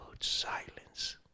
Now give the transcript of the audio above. silence